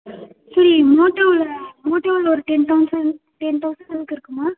சரி மோட்டோவில் மோட்டோவில் ஒரு டென் தௌசண்ட் டென் தௌசண்ட் அளவுக்கு இருக்குமா